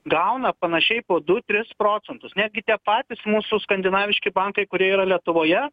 gauna panašiai po du tris procentus netgi tie patys mūsų skandinaviški bankai kurie yra lietuvoje